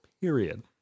Period